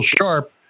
sharp